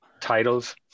titles